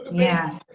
yeah.